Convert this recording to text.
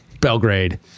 Belgrade